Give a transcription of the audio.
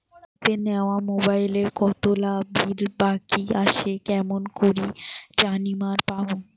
কিস্তিতে নেওয়া মোবাইলের কতোলা বিল বাকি আসে কেমন করি জানিবার পামু?